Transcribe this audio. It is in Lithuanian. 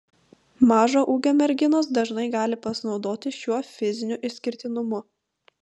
mažo ūgio merginos dažnai gali pasinaudoti šiuo fiziniu išskirtinumu